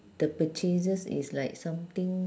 the purchases is like something